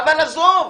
עזוב.